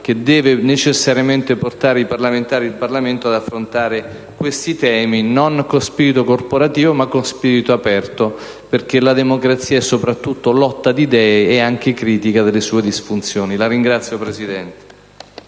che deve necessariamente portare i parlamentari e il Parlamento ad affrontare questi temi con spirito non corporativo, ma aperto, perché la democrazia è soprattutto lotta di idee e, anche critica delle sue disfunzioni. *(Applausi